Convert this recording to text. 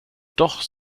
doch